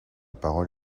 parole